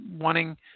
wanting